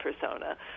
persona